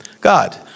God